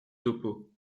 topeau